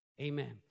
Amen